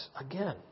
again